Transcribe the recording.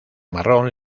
marrón